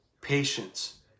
patience